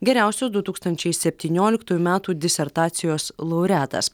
geriausių du tūkstantis septynioliktųjų metų disertacijos laureatas